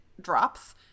drops